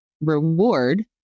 reward